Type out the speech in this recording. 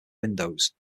windows